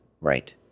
Right